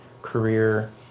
career